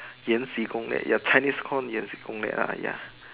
演戏攻擂 ya Chinese call 演戏攻擂 lah ya